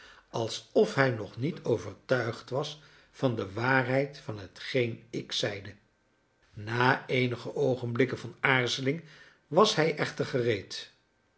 alsof hij nog niet overtuigd was van de waarheid van hetgeen ik zeide na eenige oogenblikken van aarzeling was hij echter gereed